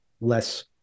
less